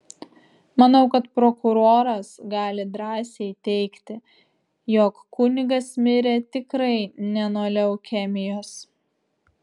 manau kad prokuroras gali drąsiai teigti jog kunigas mirė tikrai ne nuo leukemijos